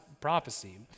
prophecy